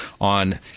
on